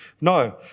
No